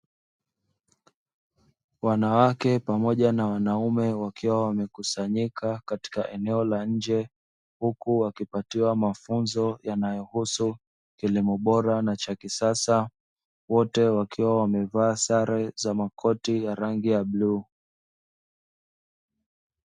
Wanawake pamoja na wanaume, wakiwa wamekusanyika katika eneo la nje, huku wakipatiwa mafunzo yanayohusu kilimo bora na cha kisasa wote wakiwa wamevaa sare za makoti ya rangi ya bluu.